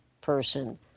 person